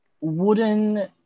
wooden